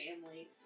family